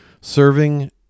Serving